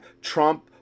Trump